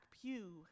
pew